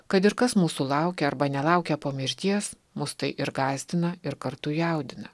kad ir kas mūsų laukia arba nelaukia po mirties mus tai ir gąsdina ir kartu jaudina